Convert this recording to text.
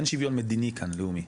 אין שוויון מדיני כאן לאומי,